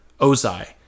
Ozai